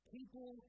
People